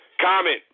comment